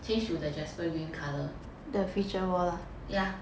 change to the jasper green colour ya